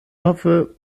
hoffe